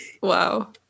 Wow